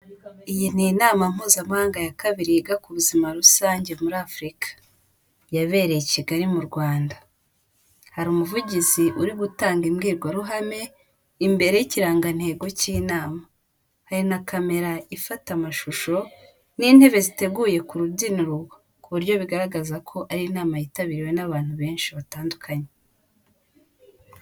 Iyi ni inama mpuzamahanga ya kabiri yiga ku buzima rusange muri Afurika. Yabereye i Kigali mu Rwanda. Hari umuvugizi uri gutanga imbwirwaruhame imbere y'ikirangantego k'inama. Hari na camera ifata amashusho n'intebe ziteguye ku rubyiniro ku buryo bigaragaza ko ari inama yitabiriwe n'abantu benshi batandukanye.